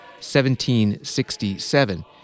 1767